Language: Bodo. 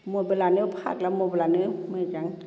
मबाइलानो फाग्ला मबाइलानो मोजां